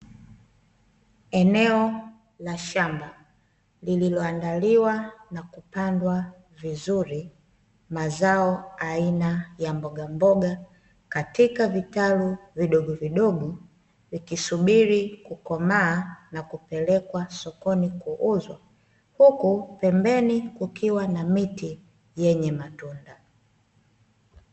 Eneo la shamba lililoandaliwa na kupandwa vizuri mazao aina ya mboga mboga katika vitalu vidogo vidogo vikisubiri kukomaa na kupelekwa sokoni kuuzwa, huku pembeni kukiwa na miti yenye matunda.